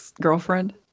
girlfriend